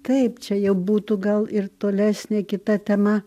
taip čia jau būtų gal ir tolesnė kita tema